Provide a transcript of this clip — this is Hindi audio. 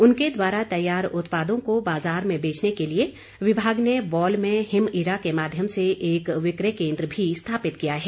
उनके द्वारा तैयार उत्पादों को बाजार में बेचने के लिए विभाग ने बौल में हिमइरा के माध्यम से एक विक्रय केन्द्र भी स्थापित किया है